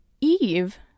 Eve